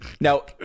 now